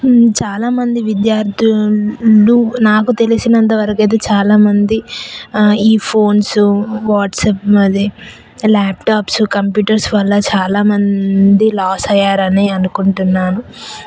చాలా మంది విద్యార్థులు నాకు తెలిసినంత వరకు అయితే చాలామంది ఈ ఫోన్స్ వాట్సాప్ అది లాప్టాప్స్ కంప్యూటర్స్ వల్ల చాలా మంది లాస్ అయ్యారని అనుకుంటున్నాను